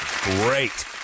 Great